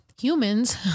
humans